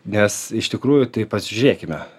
nes iš tikrųjų tai pažiūrėkime